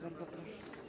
Bardzo proszę.